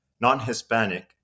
non-Hispanic